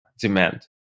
demand